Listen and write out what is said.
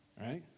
Right